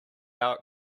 our